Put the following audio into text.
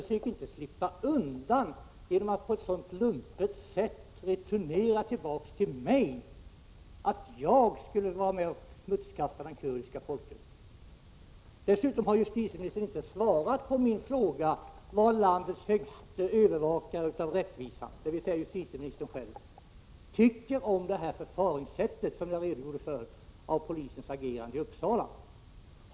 Försök inte slippa undan genom att på ett så här lumpet sätt returnera det hela till mig och säga att jag skulle vara med om att smutskasta den kurdiska folkgruppen! Dessutom vill jag framhålla att justitieministern inte har svarat på min fråga om vad landets högste övervakare av rättvisan, dvs. justitieministern själv, tycker om det förfaringssätt som jag redogjorde för när det gäller polisens agerande i Uppsala.